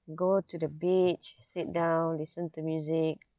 go to the beach sit down listen to music